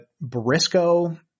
briscoe